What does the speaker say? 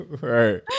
right